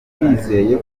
twizeye